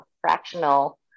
fractional